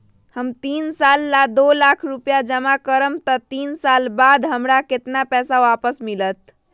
हम तीन साल ला दो लाख रूपैया जमा करम त तीन साल बाद हमरा केतना पैसा वापस मिलत?